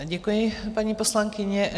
Děkuji, paní poslankyně.